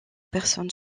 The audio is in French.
personne